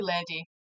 Lady